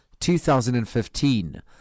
2015